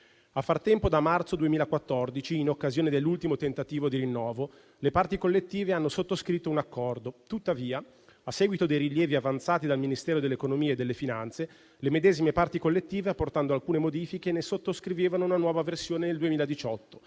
A far tempo da marzo 2014, in occasione dell'ultimo tentativo di rinnovo, le parti collettive hanno sottoscritto un accordo; tuttavia, a seguito dei rilievi avanzati dal Ministero dell'economia e delle finanze, le medesime parti collettive, apportando alcune modifiche, ne sottoscrivevano una nuova versione nel 2018,